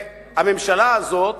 והממשלה הזאת